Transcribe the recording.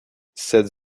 cette